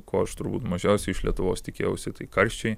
ko aš turbūt mažiausiai iš lietuvos tikėjausi tai karščiai